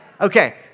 Okay